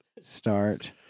Start